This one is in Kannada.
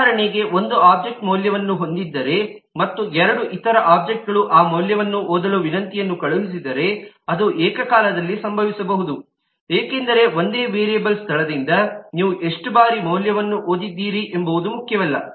ಉದಾಹರಣೆಗೆ ಒಂದು ಒಬ್ಜೆಕ್ಟ್ ಮೌಲ್ಯವನ್ನು ಹೊಂದಿದ್ದರೆ ಮತ್ತು ಎರಡು ಇತರ ಒಬ್ಜೆಕ್ಟ್ಗಳು ಆ ಮೌಲ್ಯವನ್ನು ಓದಲು ವಿನಂತಿಯನ್ನು ಕಳುಹಿಸಿದರೆ ಅದು ಏಕಕಾಲದಲ್ಲಿ ಸಂಭವಿಸಬಹುದು ಏಕೆಂದರೆ ಒಂದೇ ವೇರಿಯಬಲ್ ಸ್ಥಳದಿಂದ ನೀವು ಎಷ್ಟು ಬಾರಿ ಮೌಲ್ಯವನ್ನು ಓದಿದ್ದೀರಿ ಎಂಬುದು ಮುಖ್ಯವಲ್ಲ